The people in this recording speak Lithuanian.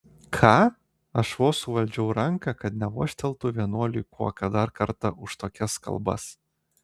ką aš vos suvaldžiau ranką kad nevožteltų vienuoliui kuoka dar kartą už tokias kalbas